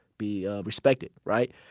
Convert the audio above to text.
be, ah, respected, right?